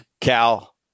Cal